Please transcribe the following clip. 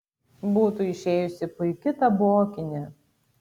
būtų išėjusi puiki tabokinė